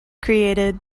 created